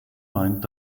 meint